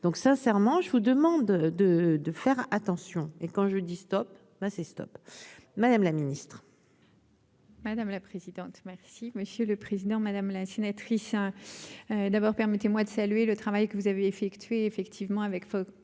donc, sincèrement, je vous demande de de faire attention et quand je dis Stop, stop, Madame la Ministre. Madame la présidente, merci monsieur le président, madame la sénatrice, hein, d'abord, permettez-moi de saluer le travail que vous avez effectué, effectivement avec avec